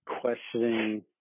questioning